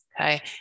okay